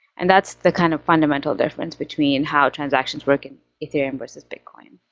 and that's the kind of fundamental difference between how transactions work in ethereum versus bitcoin.